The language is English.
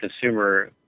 consumer